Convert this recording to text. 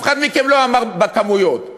בכמויות,